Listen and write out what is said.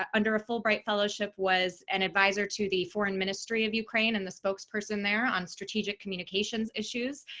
um under a fulbright fellowship, was an advisor to the foreign ministry of ukraine and the spokesperson there on strategic communications issues.